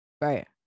Right